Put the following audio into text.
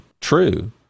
true